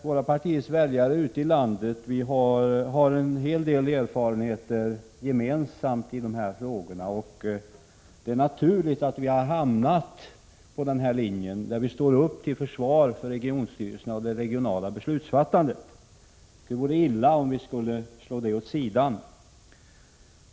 Våra partiers väljare ute i landet har en hel del gemensamma erfarenheter av de här frågorna, och det är naturligt att vi har hamnat på en linje, där vi står upp till försvar för regionstyrelserna och det regionala beslutsfattandet. Det vore illa om vi lade den ambitionen åt sidan.